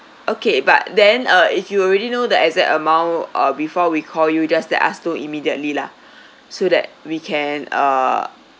okay but then uh if you already know the exact amount uh before we call you just to ask to immediately lah so that we can uh